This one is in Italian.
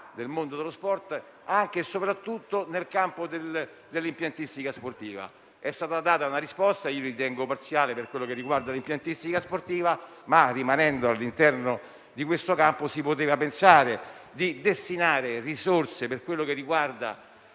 del mondo dello sport anche e soprattutto nel campo del dell'impiantistica sportiva. È stata data una risposta, che ritengo parziale, per quello che riguarda l'impiantistica sportiva, ma, rimanendo all'interno di questo campo, si poteva pensare di destinare risorse per l'abbattimento